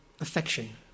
affection